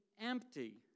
empty